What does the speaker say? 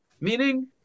Meaning